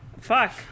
Fuck